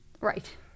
Right